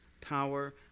power